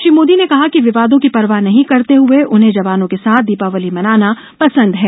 श्री मोदी ने कहा कि विवादों की परवाह नहीं करते हुए उन्हें जवानों के साथ दीपावली मनाना पसंद है